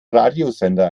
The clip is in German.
radiosender